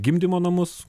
gimdymo namus